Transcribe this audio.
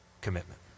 commitment